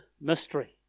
mystery